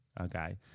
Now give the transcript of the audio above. Okay